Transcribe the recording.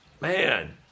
man